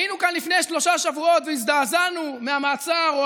היינו כאן לפני שלושה שבועות והזדעזענו מהמעצר או